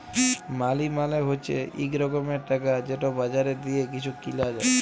মালি মালে হছে ইক রকমের টাকা যেট বাজারে দিঁয়ে কিছু কিলা যায়